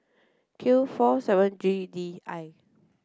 Q four seven G D I